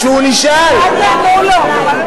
אנחנו לא, בירושלים.